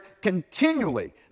continually